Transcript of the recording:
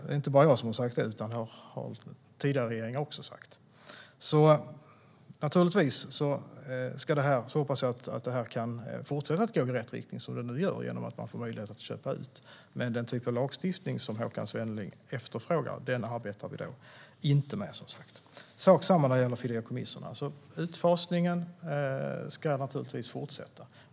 Det är inte bara jag som har sagt det, utan det har tidigare regeringar också sagt. Naturligtvis hoppas jag att det här kan fortsätta att gå i rätt riktning, som det nu gör genom att man får möjlighet att köpa ut. Men den typ av lagstiftning som Håkan Svenneling efterfrågar arbetar vi som sagt inte med. Det är sak samma när det gäller fideikommissen. Utfasningen ska naturligtvis fortsätta.